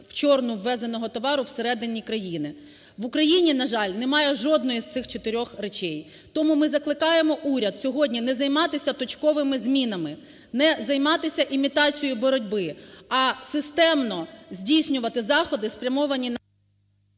вчорну ввезеного товару всередині країни. В Україні, на жаль, немає жодної з цих чотирьох речей. Тому ми закликаємо уряд сьогодні не займатися точковими змінами, не займатися імітацією боротьби, а системно здійснювати заходи, спрямовані на…